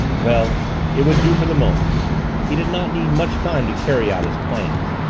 well it would do for the moment he did not need much time to carry out his plans.